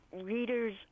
readers